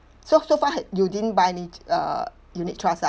so so far had you didn't buy any err unit trusts ah